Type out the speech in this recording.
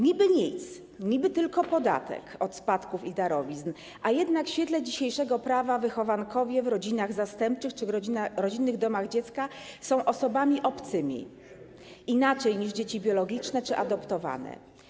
Niby nic, niby tylko podatek od spadków i darowizn, a jednak w świetle dzisiejszego prawa wychowankowie w rodzinach zastępczych czy w rodzinnych domach dziecka są osobami obcymi, inaczej niż dzieci biologiczne czy adoptowane.